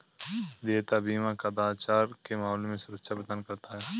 देयता बीमा कदाचार के मामले में सुरक्षा प्रदान करता है